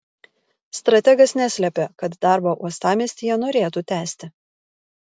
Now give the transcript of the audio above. strategas neslėpė kad darbą uostamiestyje norėtų tęsti